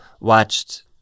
watched